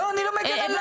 לא אני לא מגן עליו,